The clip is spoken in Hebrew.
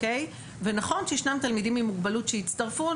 ונכון שישנם תלמידים עם מוגבלות שהצטרפו,